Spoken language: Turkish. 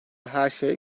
herşey